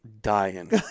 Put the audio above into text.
Dying